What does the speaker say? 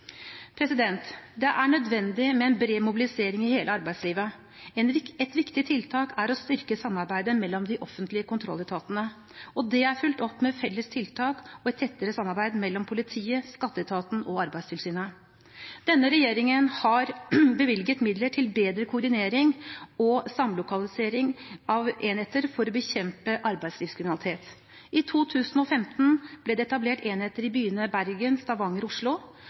Det er nødvendig med en bred mobilisering i hele arbeidslivet. Et viktig tiltak er å styrke samarbeidet mellom de offentlige kontrolletatene, og det er fulgt opp med felles tiltak og et tettere samarbeid mellom politiet, skatteetaten og Arbeidstilsynet. Denne regjeringen har bevilget midler til bedre koordinering og samlokalisering av enheter for å bekjempe arbeidslivskriminalitet. I 2015 ble det etablert enheter i byene Bergen, Stavanger og Oslo,